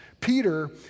Peter